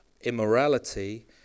immorality